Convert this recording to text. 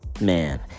Man